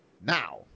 Now